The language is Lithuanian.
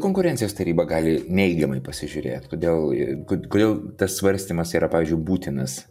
konkurencijos taryba gali neigiamai pasižiūrėt kodėl kodėl tas svarstymas yra pavyzdžiui būtinas